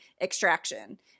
extraction